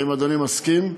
האם אדוני מסכים?